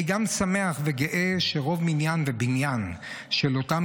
אני גם שמח וגאה שרוב מניין ובניין של אותם